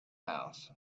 house